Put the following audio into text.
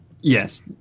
Yes